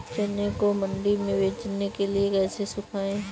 चने को मंडी में बेचने के लिए कैसे सुखाएँ?